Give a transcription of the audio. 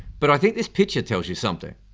but i think this picture tells you something.